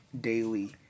daily